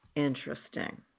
Interesting